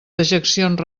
dejeccions